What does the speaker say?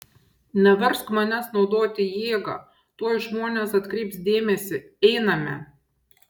neversk manęs naudoti jėgą tuoj žmonės atkreips dėmesį einame